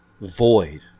void